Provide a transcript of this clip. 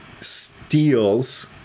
steals